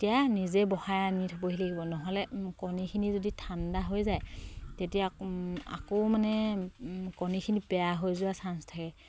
তেতিয়া নিজে বহাই আনি থ'বহি লাগিব নহ'লে কণীখিনি যদি ঠাণ্ডা হৈ যায় তেতিয়া আকৌ মানে কণীখিনি বেয়া হৈ যোৱা চান্স থাকে